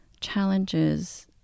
challenges